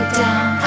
down